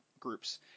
Groups